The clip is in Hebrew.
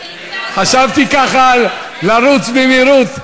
חשבתי, ככה, לרוץ במהירות.